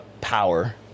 power